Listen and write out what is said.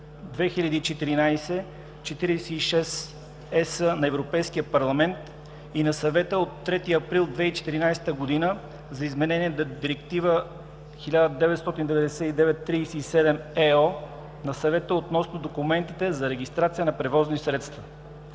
2014/46/ЕС на Европейския парламент и на Съвета от 3 април 2014 г. за изменение на Директива 1999/37/ЕО на Съвета относно документите за регистрация на превозни средства.